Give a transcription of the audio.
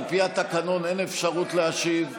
על פי התקנון אין אפשרות להשיב כרגע.